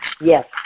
Yes